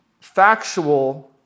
factual